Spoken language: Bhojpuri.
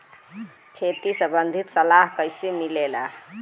खेती संबंधित सलाह कैसे मिलेला?